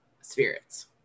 spirits